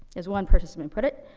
as one participant put it,